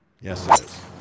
Yes